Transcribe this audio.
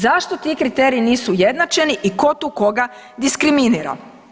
Zašto ti kriteriji nisu ujednačeni i tko tu koga diskriminira?